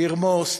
לרמוס,